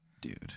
Dude